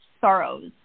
sorrows